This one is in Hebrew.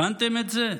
הבנתם את זה?